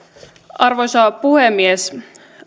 arvoisa puhemies